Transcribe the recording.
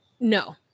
no